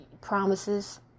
promises